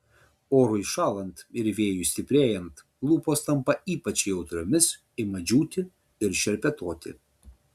orui šąlant ir vėjui stiprėjant lūpos tampa ypač jautriomis ima džiūti ir šerpetoti